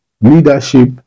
leadership